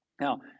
Now